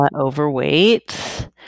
overweight